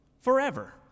forever